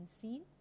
seen